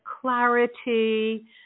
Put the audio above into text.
clarity